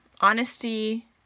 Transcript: honesty